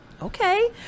okay